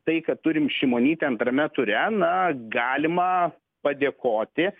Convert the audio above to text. tai kad turim šimonytę antrame ture na galima padėkoti